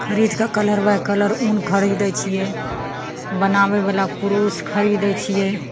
खरीदके colour by colour उन खरीदय छियै बनाबयवला कुरूस खरीदय छियै